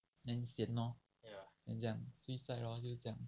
then sian loh then 怎样 suicide lor 就是这样